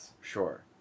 Sure